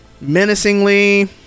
Menacingly